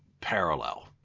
parallel